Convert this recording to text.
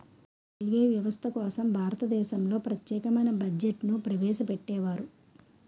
railway వ్యవస్థ కోసం భారతదేశంలో ప్రత్యేకమైన బడ్జెట్ను ప్రవేశపెట్టేవారు